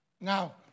Now